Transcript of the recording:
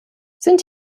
sind